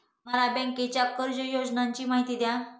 मला बँकेच्या कर्ज योजनांची माहिती द्या